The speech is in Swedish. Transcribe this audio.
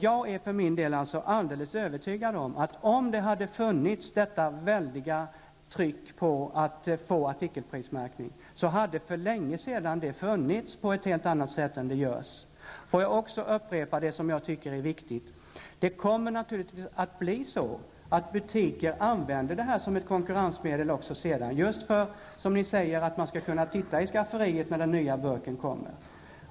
Jag är för min del alldeles övertygad om att om detta väldiga tryck på att få artikelprismärkning hade funnits, hade en sådan sedan länge funnits på ett helt annat sätt än det gör. Får jag också upprepa vad jag tycker är viktigt. Butikerna kommer naturligtvis att använda det här som ett konkurrensmedel för att, precis som ni säger, man skall kunna titta i skafferiet när den nya burken kommer.